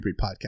podcast